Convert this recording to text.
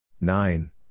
Nine